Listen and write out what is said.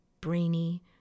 brainy